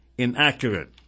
Inaccurate